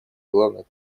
главных